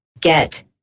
get